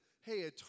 hey